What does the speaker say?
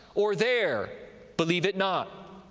or there believe it not.